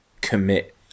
commit